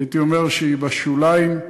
הייתי אומר שהיא בשוליים.